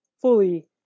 fully